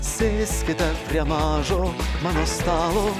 sėskite prie mažo mano stalo